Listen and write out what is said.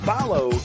Follow